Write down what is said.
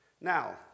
Now